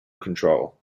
control